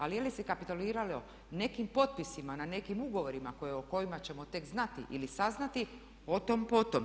Ali je li se kapituliralo nekim potpisima na nekim ugovorima o kojima ćemo tek znati ili saznati o tom potom.